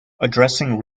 addressing